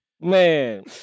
Man